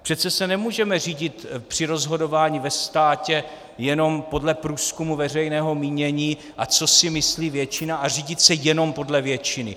Přece se nemůžeme řídit při rozhodování ve státě jenom podle průzkumu veřejného mínění a podle toho, co si myslí většina, a řídit se jen podle většiny.